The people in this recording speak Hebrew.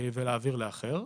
ולהעביר לאחר.